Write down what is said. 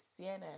cnn